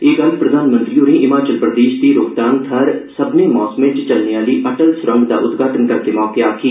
एह् गल्ल प्रधानमंत्री होरें हिमाचल प्रदेश दी रोहतांग थाहर सब्बने मौसमें च चलने आली अटल सुरंग दा उद्घाटन करदे मौके आक्खी